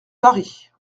paris